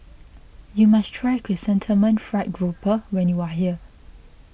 you must try Chrysanthemum Fried Grouper when you are here